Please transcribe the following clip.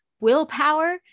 willpower